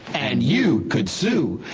and you could sue.